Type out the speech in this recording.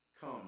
Come